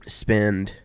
spend